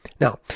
Now